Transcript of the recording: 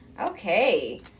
Okay